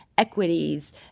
equities